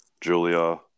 Julia